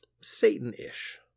Satan-ish